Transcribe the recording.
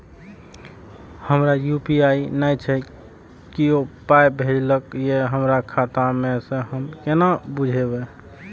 हमरा यू.पी.आई नय छै कियो पाय भेजलक यै हमरा खाता मे से हम केना बुझबै?